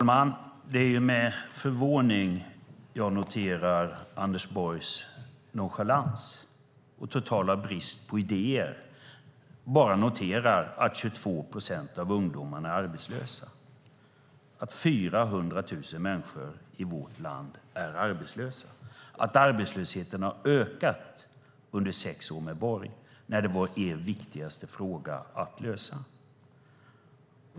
Fru talman! Det är med förvåning jag noterar Anders Borgs nonchalans och totala brist på idéer. Jag bara noterar att 22 procent av ungdomarna är arbetslösa, att 400 000 människor i vårt land är arbetslösa, att arbetslösheten har ökat under sex år med Borg, när det var er viktigaste fråga att lösa.